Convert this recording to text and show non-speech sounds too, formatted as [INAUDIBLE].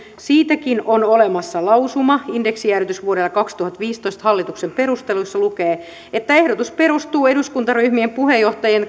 siitäkin on olemassa lausuma indeksijäädytys vuodelle kaksituhattaviisitoista hallituksen perusteluissa lukee ehdotus perustuu eduskuntaryhmien puheenjohtajien [UNINTELLIGIBLE]